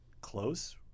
close